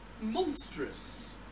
monstrous